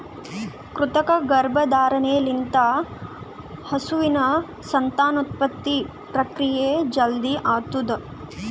ಕೃತಕ ಗರ್ಭಧಾರಣೆ ಲಿಂತ ಹಸುವಿನ ಸಂತಾನೋತ್ಪತ್ತಿ ಪ್ರಕ್ರಿಯೆ ಜಲ್ದಿ ಆತುದ್